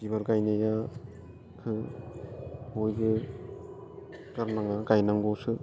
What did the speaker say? बिबार गायनायाखो बयबो गारनाङा गायनांगौसो